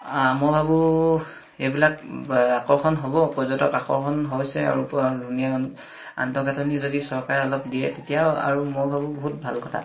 মই ভাবোঁ এইবিলাক আকৰ্ষণ হ'ব পৰ্যটক আকৰ্ষণ হৈছে আৰু ধুনীয়া আন্তঃগাঁথনি যদি চৰকাৰে অলপ দিয়ে তেতিয়াও আৰু মই ভাবোঁ বহুত ভাল কথা